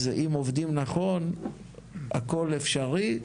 אז אם עובדים נכון הכל אפשרי,